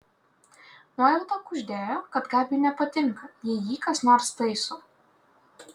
nuojauta kuždėjo kad gabiui nepatinka jei jį kas nors taiso